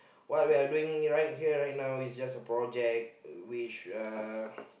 what we are doing right here right now is just a project which uh